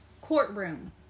courtroom